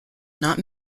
not